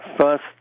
first